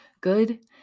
good